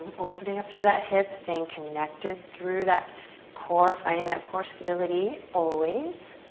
opening up through that hip, staying connected through that core. finding that core stability always.